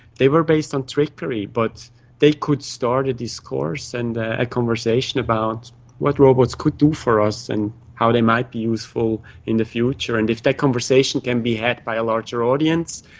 they were based on trickery but they could start a discourse and a a conversation about what robots could do for us and how they might be useful in the future. and if that conversation can be had by a larger audience,